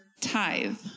tithe